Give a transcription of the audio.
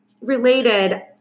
related